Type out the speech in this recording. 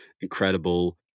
incredible